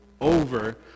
over